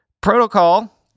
Protocol